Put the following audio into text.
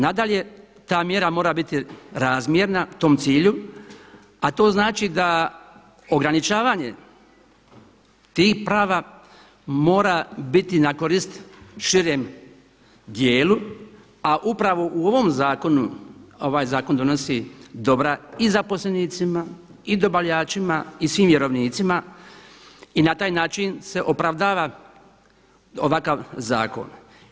Nadalje, ta mjera mora biti razmjerna tom cilju, a to znači da ograničavanje tih prava mora biti na korist širem dijelu, a upravo u ovom zakonu, ovaj zakon donosi dobra i zaposlenicima i dobavljačima i svim vjerovnicima i na taj način se opravdava ovakav zakon.